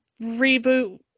reboot